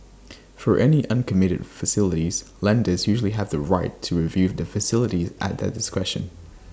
for any uncommitted facilities lenders usually have the right to review the facilities at their discretion